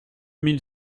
mille